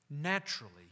naturally